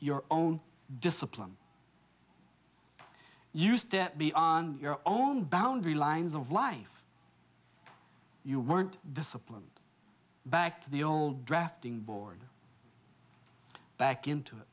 your own discipline you step beyond your own boundary lines of life you weren't disciplined back to the old drafting board back into it